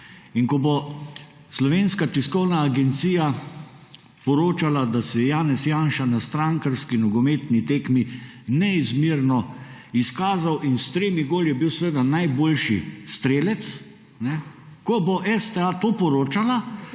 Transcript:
(nadaljevanje) agencija poročala, da se je Janez Janša na strankarski nogometni tekmi neizmerno izkazal in s tremi goli bil seveda najboljši strelec, ko bo STA to poročala,